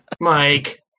Mike